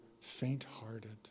faint-hearted